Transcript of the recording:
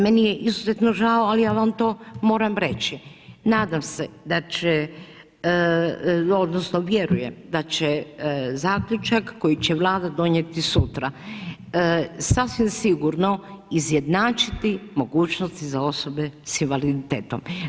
Meni je izuzetno žao ali ja vam to moram reći, nadam se da će odnosno vjerujem da će zaključak koji će Vlada donijeti sutra sasvim sigurno izjednačiti mogućnosti za osobe sa invaliditetom.